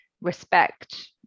respect